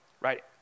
right